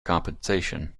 compensation